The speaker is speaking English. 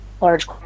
large